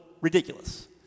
ridiculous